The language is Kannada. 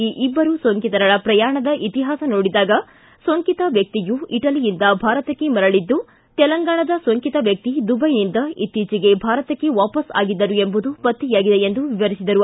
ಈ ಇಬ್ಬರ ಸೋಂಕಿತರ ಪ್ರಯಾಣದ ಇತಿಹಾಸ ನೋಡಿದಾಗ ದಿಲ್ಲಿಯಲ್ಲಿ ಸೋಂಕಿತ ವ್ಯಕ್ತಿಯು ಇಟಲಿಯಿಂದ ಭಾರತಕ್ಕೆ ಮರಳಿದ್ದು ತೆಲಂಗಾಣದ ಸೋಂಕಿತ ವ್ಯಕ್ತಿ ದುದೈನಿಂದ ಇತ್ತೀಚಿಗೆ ಭಾರತಕ್ಕೆ ವಾಪಸ್ ಆಗಿದ್ದರು ಎಂಬುದು ಪತ್ತೆಯಾಗಿದೆ ಎಂದು ವಿವರಿಸಿದರು